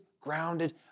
grounded